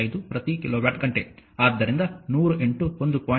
5 ಪ್ರತಿ ಕಿಲೋವ್ಯಾಟ್ ಘಂಟೆ ಆದ್ದರಿಂದ 100 1